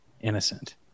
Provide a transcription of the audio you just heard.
innocent